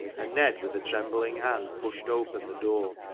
and ned with a trembling hand pushed open the door.